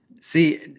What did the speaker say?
See